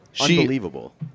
Unbelievable